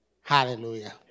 Hallelujah